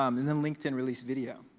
um and then linkedin released video.